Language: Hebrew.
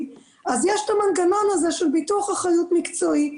אז יש את המנגנון הזה של ביטוח אחריות מקצועי,